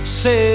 say